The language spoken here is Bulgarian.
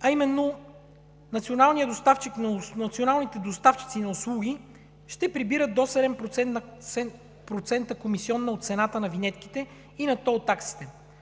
а именно националните доставчици на услуги ще прибират до 7% комисиона от цената на винетките и на тол таксите,